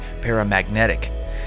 paramagnetic